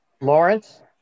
Lawrence